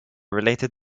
related